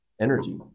energy